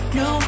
no